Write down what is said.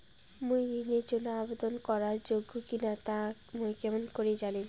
মুই ঋণের জন্য আবেদন করার যোগ্য কিনা তা মুই কেঙকরি জানিম?